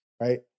right